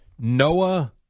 Noah